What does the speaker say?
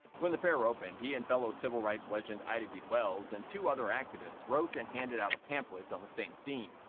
when the fair opened, he and fellow civil rights legend ida b. wells and two other activists wrote and handed out a pamphlet on the same theme.